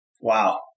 Wow